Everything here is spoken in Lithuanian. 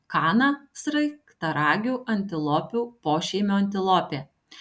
kana sraigtaragių antilopių pošeimio antilopė